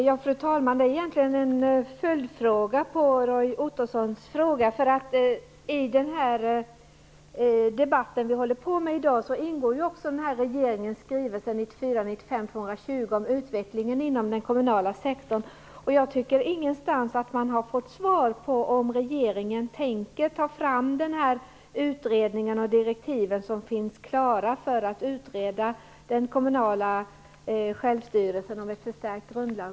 Fru talman! Jag har egentligen en följdfråga till Roy Ottossons fråga. I den här debatten ingår ju också regeringens skrivelse 1994/95:220 om utvecklingen inom den kommunala sektorn. Jag tycker inte att vi någonstans har fått svar på om regeringen tänker ta fram den här utredningen och de direktiv som finns klara för att utreda ett förstärkt grundlagsskydd för den kommunala självstyrelsen.